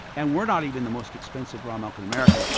and we're not even the most expensive raw milk in america.